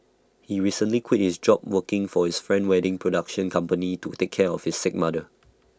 he recently quit his job working for his friend wedding production company to take care of his sick mother